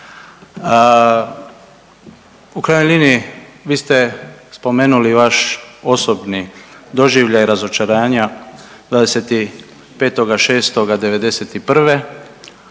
U krajnjoj liniji vi ste spomenuli vaš osobni doživljaj razočaranja 25.6.'91.,